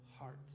heart